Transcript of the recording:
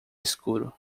escuro